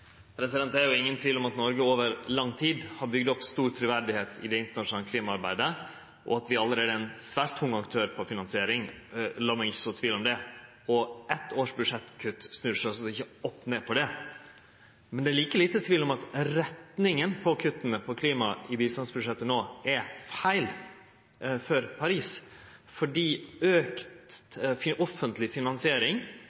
ingen tvil om at Noreg over lang tid har bygd opp stort truverde i det internasjonale klimaarbeidet, og at vi allereie er ein svært tung aktør på finansiering – lat meg ikkje så tvil om det – og eitt års budsjettkutt snur sjølvsagt ikkje opp ned på det. Men det er like liten tvil om at retninga på kutta på klima i bistandsbudsjettet no er feil før Paris-toppmøtet, fordi